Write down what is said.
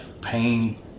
pain